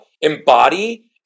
embody